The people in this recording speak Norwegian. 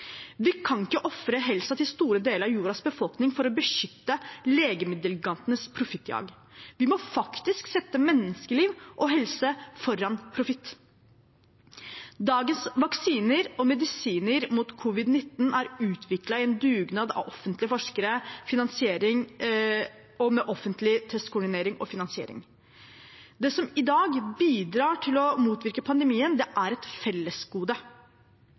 Vi kan ikke ofre helsen til store deler av jordas befolkning for å beskytte legemiddelgigantenes profittjag. Vi må faktisk sette menneskeliv og helse foran profitt. Dagens vaksiner og medisiner mot covid-19 er utviklet i en dugnad av offentlige forskere og finansiering, og med offentlig testkoordinering og finansiering. Det som i dag bidrar til å motvirke pandemien, er et fellesgode.